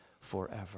forever